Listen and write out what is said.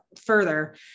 further